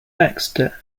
baxter